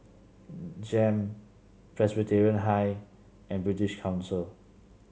JEM Presbyterian High and British Council